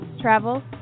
travel